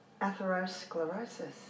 atherosclerosis